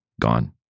gone